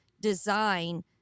design